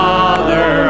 Father